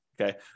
Okay